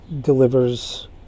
delivers